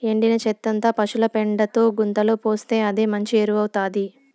ఎండిన చెత్తంతా పశుల పెండతో గుంతలో పోస్తే అదే మంచి ఎరువౌతాది